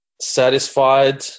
satisfied